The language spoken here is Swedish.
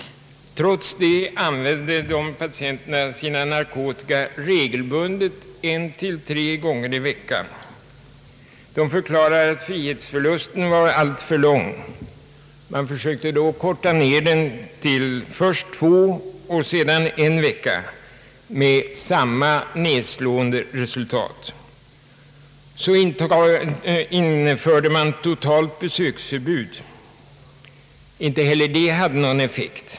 Trots detta använde dessa patienter sina narkotika regelbundet en till tre gånger i veckan. De förklarade att frihetsförlusten var alltför lång, och man försökte avkorta den först till två veckor och sedan till en vecka med samma nedslående resultat. Så införde man totalt besöksförbud. Inte heller detta hade någon effekt.